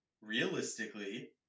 realistically